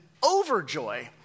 overjoy